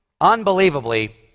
unbelievably